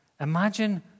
Imagine